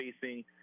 facing